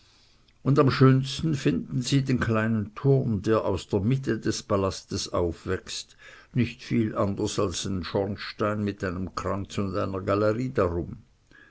und am schönsten finden sie den kleinen turm der aus der mitte des palastes aufwächst nicht viel anders als ein schornstein mit einem kranz und einer galerie